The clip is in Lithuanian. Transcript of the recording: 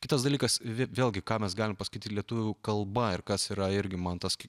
kitas dalykas vėlgi ką mes galime paskaityti lietuvių kalba ir kas yra irgi man tas